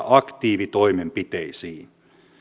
aktiivitoimenpiteisiin